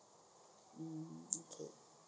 um okay